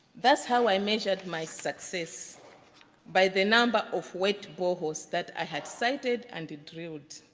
that's how i measured my success by the number of wet boreholes that i had sited and drilled.